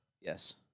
yes